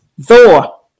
Thor